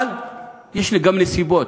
אבל, יש גם נסיבות.